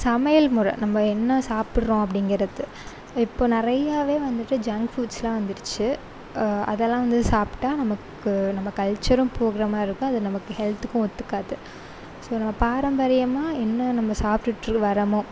சமையல் முறை நம்ம என்ன சாப்பிட்றோம் அப்படிங்கிறது இப்போது நிறையாவே வந்துட்டு ஜங்க் ஃபுட்ஸெல்லாம் வந்துடுச்சு அதெல்லாம் வந்து சாப்பிட்டா நமக்கு நம்ம கல்ச்சரும் போகிற மாதிரி இருக்கும் அது நமக்கு ஹெல்த்துக்கும் ஒத்துக்காது ஸோ நம்ம பாரம்பரியமாக என்ன நம்ம சாப்பிட்டுட்டு வரமோ